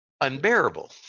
unbearable